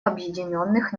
объединенных